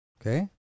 Okay